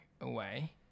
away